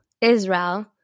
Israel